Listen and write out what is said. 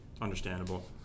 Understandable